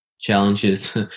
challenges